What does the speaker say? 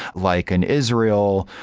like in israel,